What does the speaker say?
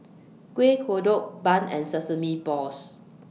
Kueh Kodok Bun and Sesame Balls